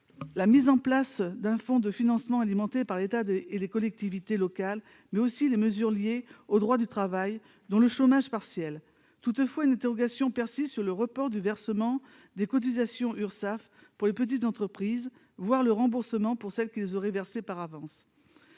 la mise en place d'un fonds de financement alimenté par l'État et les collectivités locales, mais aussi celles relatives au droit du travail, en particulier à l'indemnisation du chômage partiel. Toutefois, une interrogation persiste quant au report du versement des cotisations Urssaf pour les petites entreprises, voire à leur remboursement pour celles qui les auraient acquittées par avance.